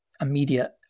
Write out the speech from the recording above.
immediate